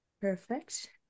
Perfect